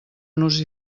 nos